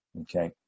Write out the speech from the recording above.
okay